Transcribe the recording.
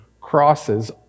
crosses